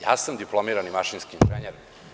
Ja sam diplomirani mašinski inženjer.